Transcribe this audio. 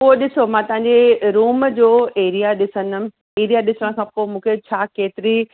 पो ॾिसो मां तव्हांजे रूम जो एरिया ॾिसंदमि एरिया ॾिसण खां पोइ मूंखे छा केतरी